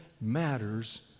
matters